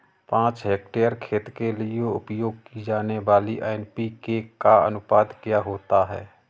पाँच हेक्टेयर खेत के लिए उपयोग की जाने वाली एन.पी.के का अनुपात क्या होता है?